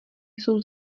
jsou